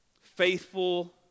faithful